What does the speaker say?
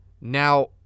Now